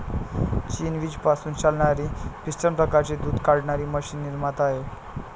चीन वीज पासून चालणारी पिस्टन प्रकारची दूध काढणारी मशीन निर्माता आहे